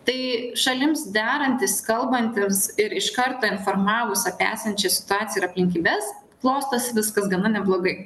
tai šalims derantis kalbantis ir iš karto informavus apie esančią situaciją ir aplinkybes klostosi viskas gana neblogai